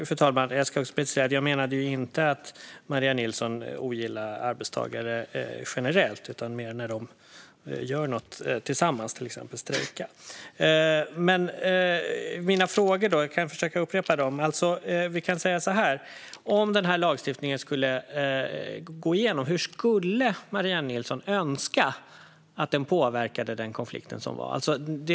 Fru talman! Jag menade inte att Maria Nilsson ogillar arbetstagare generellt utan mer när de gör något tillsammans, till exempel strejkar. Jag ska försöka upprepa mina frågor. Hur skulle Maria Nilsson önska att den här lagstiftningen, ifall den redan hade gått igenom, hade påverkat konflikten i Göteborgs hamn?